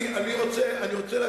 פילוסוף.